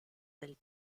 del